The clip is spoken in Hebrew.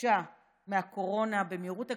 התאוששה מהקורונה, אגב, במהירות.